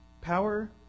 power